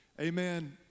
amen